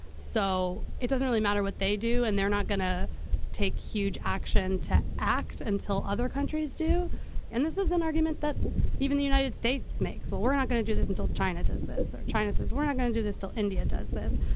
so it doesn't matter what they do and they're not going to take huge action to act until other countries do and this is an argument that even the united states makes. well, we're not going to do this until china does this or china says we're not going to do this till india does this.